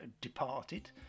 departed